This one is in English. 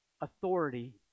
authority